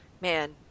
man